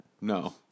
No